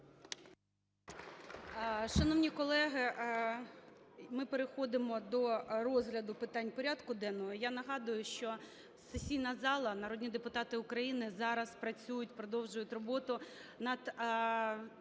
Шановні колеги, ми переходимо до розгляду питань порядку денного. Я нагадую, що сесійна зала, народні депутати України зараз працюють, продовжують роботу над